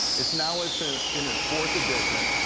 it's now it's and in its fourth edition.